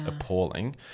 appalling